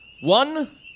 One